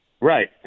Right